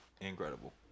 Incredible